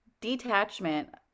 detachment